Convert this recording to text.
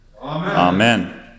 Amen